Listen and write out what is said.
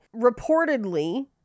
reportedly